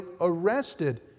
arrested